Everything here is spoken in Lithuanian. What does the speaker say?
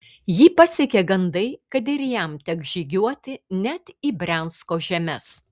jį pasiekė gandai kad ir jam teks žygiuoti net į briansko žemes